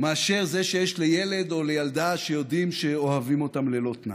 מאשר זה שיש לילד או לילדה שיודעים שאוהבים אותם ללא תנאי.